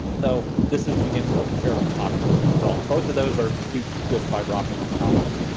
so this is beginning to be fairly popular as well. both of those are two good fiber-optic technologies.